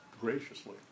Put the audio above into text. graciously